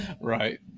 Right